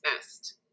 best